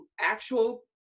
actual